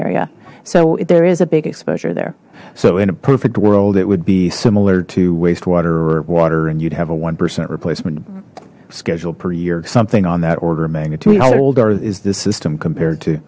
area so there is a big exposure there so in a perfect world it would be similar to wastewater or water and you'd have a one percent replacement schedule per year something on that order of magnitude how old are is this system compared to